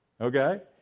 okay